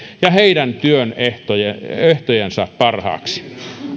ja heidän työehtojensa parhaaksi